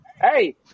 Hey